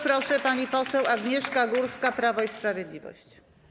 Proszę, pani poseł Agnieszka Górska, Prawo i Sprawiedliwość.